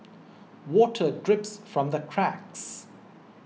water drips from the cracks